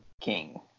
king